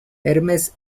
hermes